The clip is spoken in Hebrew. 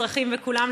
מזרחים וכולם,